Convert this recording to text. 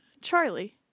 Charlie